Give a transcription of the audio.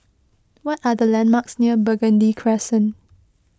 what are the landmarks near Burgundy Crescent